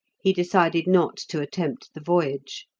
he decided not to attempt the voyage.